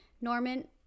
norman